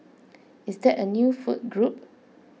is that a new food group